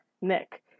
Nick